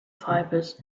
fibers